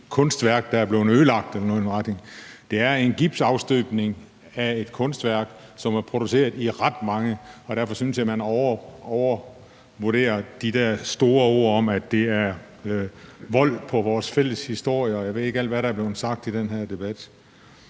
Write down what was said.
noget i den retning. Det er en gipsafstøbning af et kunstværk, som er produceret i ret mange eksemplarer, og derfor synes jeg, at man overdriver med de der store ord om, at det er vold på vores fælles historie, og jeg ved ikke, hvad der er blevet sagt i den her debat.